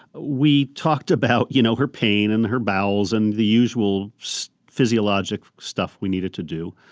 we talked about, you know, her pain and her bowels and the usual so physiologic stuff we needed to do.